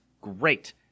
great